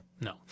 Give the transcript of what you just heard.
No